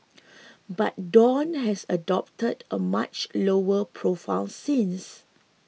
but Dawn has adopted a much lower profile since